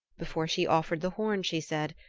before she offered the horn she said,